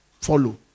Follow